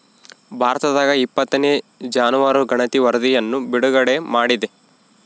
ಭಾರತದಾಗಇಪ್ಪತ್ತನೇ ಜಾನುವಾರು ಗಣತಿ ವರಧಿಯನ್ನು ಬಿಡುಗಡೆ ಮಾಡಿದೆ